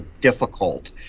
difficult